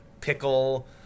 pickle